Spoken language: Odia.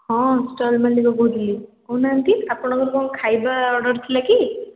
ହଁ ଷ୍ଟଲ୍ ମାଲିକ କହୁଥିଲି କହୁ ନାହାନ୍ତି ଆପଣଙ୍କର କ'ଣ ଖାଇବା ଅର୍ଡ଼ର୍ ଥିଲା କି